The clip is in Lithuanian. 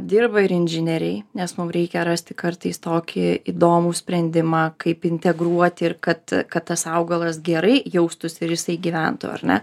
dirba ir inžinieriai nes mum reikia rasti kartais tokį įdomų sprendimą kaip integruoti ir kad kad tas augalas gerai jaustųsi ir jisai gyventų ar ne